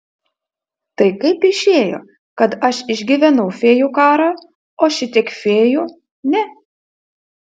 tai kaip išėjo kad aš išgyvenau fėjų karą o šitiek fėjų ne